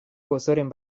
gozoren